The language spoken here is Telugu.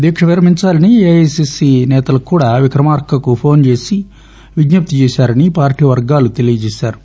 దీక్ష విరమించాలని ఏఐసిసి నేతలు కూడా విక్రమార్కకు ఫోన్ లో విజ్ఞప్తి చేశారని పార్టీ వర్గాలు తెలిపాయి